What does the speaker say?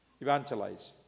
Evangelize